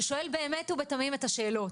ששואל באמת ובתמים את השאלות.